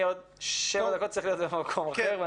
בעוד שבע דקות אני צריך להיות במקום אחר.